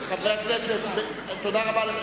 תודה רבה.